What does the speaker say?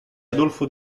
adolfo